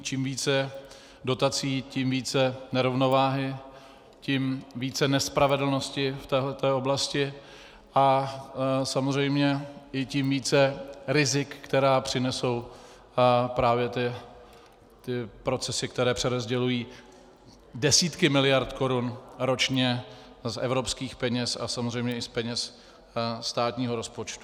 Čím více dotací, tím více nerovnováhy, tím více nespravedlnosti v téhle té oblasti a samozřejmě i tím více rizik, která přinesou právě ty procesy, které přerozdělují desítky miliard korun ročně z evropských peněz a samozřejmě i z peněz státního rozpočtu.